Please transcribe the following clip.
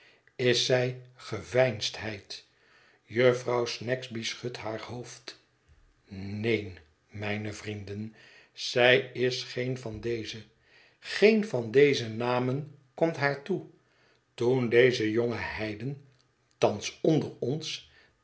is zij geveinsdheid jufvrouw snagsby schudt haar hoofd neen mijne vrienden zij is geen van deze geen van deze namen komt haar toe toen deze jonge heiden thans onder ons